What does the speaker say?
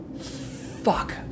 Fuck